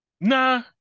Nah